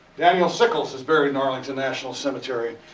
daniel sickles is buried in arlington national cemetery.